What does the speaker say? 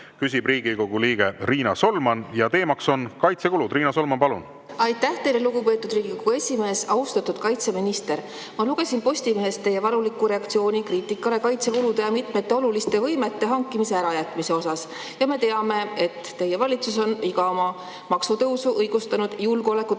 Küsib Riigikogu liige Riina Solman ja teema on kaitsekulud. Riina Solman, palun! Aitäh teile, lugupeetud Riigikogu esimees! Austatud kaitseminister! Ma lugesin Postimehest teie valuliku reaktsiooni kohta kriitikale kaitsekulude ja mitmete oluliste võimete hankimata jätmise asjus. Me teame, et teie valitsus on iga oma maksutõusu õigustanud vajadusega